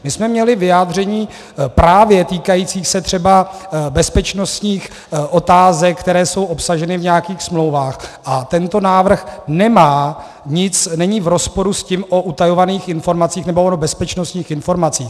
My jsme měli vyjádření právě týkající se třeba bezpečnostních otázek, které jsou obsaženy v nějakých smlouvách, a tento návrh není v rozporu s tím o utajovaných informacích nebo o bezpečnostních informacích.